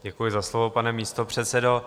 Děkuji za slovo, pane místopředsedo.